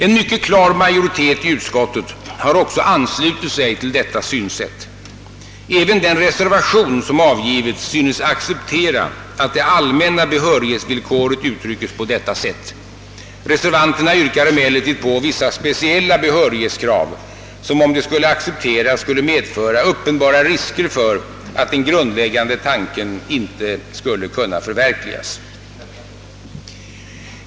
En mycket klar majoritet i utskottet har också anslutit sig till detta synsätt. Även de som avgivit reservation synes acceptera att det allmänna behörighetsvillkoret uttryckes på detta sätt. Reservanterna yrkar emellertid på vissa speciella behörighetskrav som, om de accepterades, skulle medföra uppenbara risker för att den grundläggande tanken inte skulle kunna förverkligas.